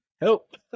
Help